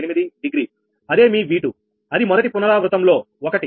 8 degree అదే మీ V2 అది మొదటి పునరావృతం లో 1